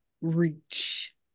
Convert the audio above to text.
reach